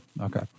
Okay